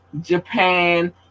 Japan